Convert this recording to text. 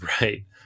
right